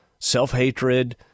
Self-hatred